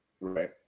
Right